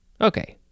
Okay